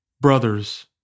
Brothers